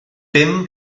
bum